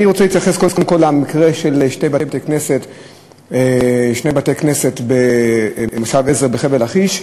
אני רוצה להתייחס קודם כול למקרה של שני בתי-הכנסת במושב עזר בחבל-לכיש,